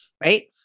right